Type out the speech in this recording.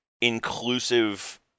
inclusive